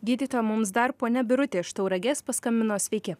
gydytoja mums dar ponia birutė iš tauragės paskambino sveiki